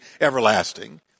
everlasting